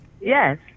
Yes